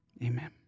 Amen